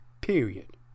Period